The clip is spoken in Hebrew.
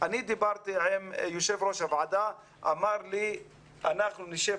דיברתי עם יושב-ראש הוועדה והוא אמר לי שאנחנו נשב